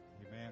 Amen